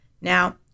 Now